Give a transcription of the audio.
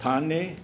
थाणे